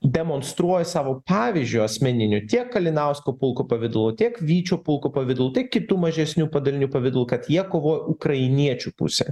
demonstruoja savo pavyzdžiu asmeniniu tiek kalinausko pulko pavidalu tiek vyčio pulko pavidalu tiek kitų mažesnių padalinių pavidalu kad jie kovoja ukrainiečių pusėj